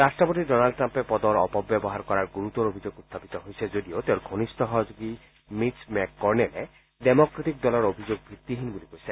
ৰাট্টপতি Donald Trump পদৰ অপ ব্যৱহাৰ কৰাৰ গুৰুতৰ অভিযোগ উখাপিত হৈছে যদিও তেওঁৰ ঘনিষ্ঠ সহযোগী মিট্চ মেককৰ্ণেলে ডেমক্ৰেটিক দলৰ অভিযোগ ভিত্তিহীন বুলি কৈছে